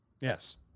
Yes